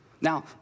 Now